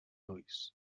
ulls